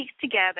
together